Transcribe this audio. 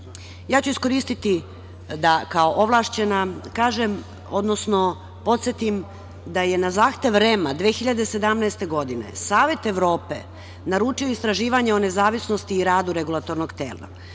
ću iskoristiti, da kao ovlašćena kažem, odnosno podsetim da je na zahtev REM-a 2017. godine Savet Evrope naručio istraživanje o nezavisnosti i radu regulatornog tela.